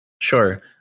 Sure